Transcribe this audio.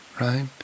Right